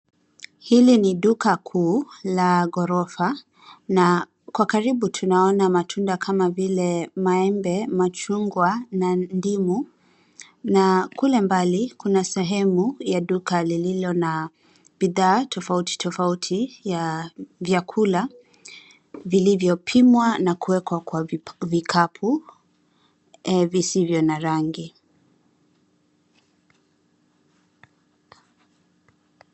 Hili ni duka kuu la ghorofa na Kwa karibu tunaona matunda kama vile maembe, machungwa na ndimu na kule mbali kuna sehemu ya duka lililo na bidhaa tofauti tofauti ya vyakula vilivyopimwa na kuweka Kwa vikapu visivyo na rangi.